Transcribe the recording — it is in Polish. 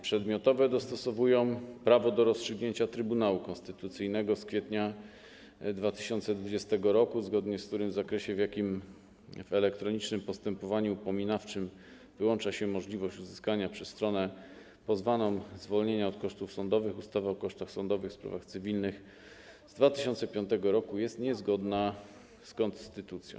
Przedmiotowe zmiany dostosowują prawo do rozstrzygnięcia Trybunału Konstytucyjnego z kwietnia 2020 r., zgodnie z którym w zakresie, w jakim w elektronicznym postępowaniu upominawczym wyłącza się możliwość uzyskania przez stronę pozwaną zwolnienia od kosztów sądowych, ustawa o kosztach sądowych w sprawach cywilnych z 2005 r. jest niezgodna z konstytucją.